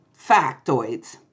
factoids